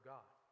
God